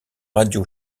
radio